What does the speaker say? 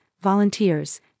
volunteers